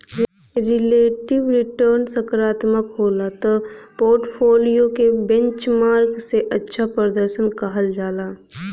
relative return सकारात्मक होला त पोर्टफोलियो के बेंचमार्क से अच्छा प्रर्दशन कहल जाला